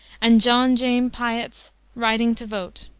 and john james piatt's riding to vote.